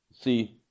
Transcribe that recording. See